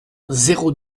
zéro